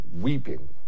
weeping